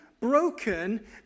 broken